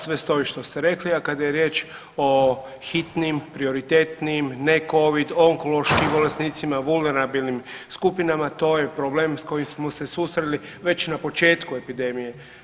Sve stoji što ste rekli, a kada je riječ o hitnim, prioritetnim, necovid, onkološkim bolesnicima, vulnerabilnim skupinama, to je problem s kojim smo se susreli već na početku epidemije.